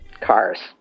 cars